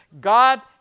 God